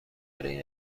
این